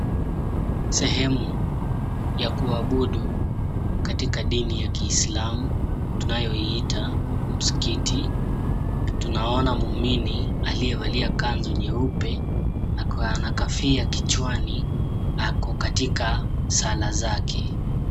Sehemu ya kuabudu katika dini ya kiislamu tunayoiita msikiti. Tunaona muumini aliyevalia kanzu nyeupe na kofia kichwani ako katika sala zake.